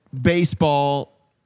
baseball